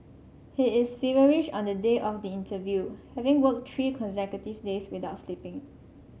he is feverish on the day of the interview having worked three consecutive days without sleeping